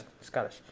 Scottish